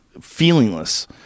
feelingless